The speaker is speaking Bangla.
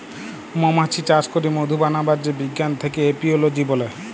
মমাছি চাস ক্যরে মধু বানাবার যে বিজ্ঞান থাক্যে এপিওলোজি ব্যলে